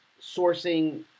sourcing